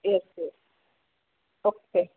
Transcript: yes yes okay